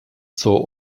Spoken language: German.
zur